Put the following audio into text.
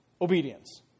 obedience